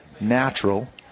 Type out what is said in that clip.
natural